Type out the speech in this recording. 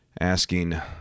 asking